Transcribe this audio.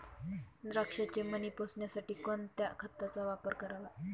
द्राक्षाचे मणी पोसण्यासाठी कोणत्या खताचा वापर करावा?